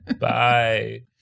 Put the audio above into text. Bye